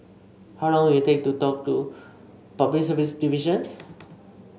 how long will it take to talk to Public Service Division